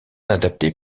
adaptés